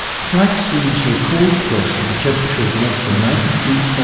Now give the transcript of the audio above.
flax seeds are cold pressed at the temperature of less than ninety degf.